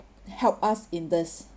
help us in this